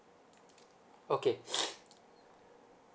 okay